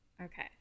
Okay